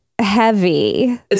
heavy